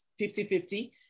50-50